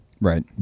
right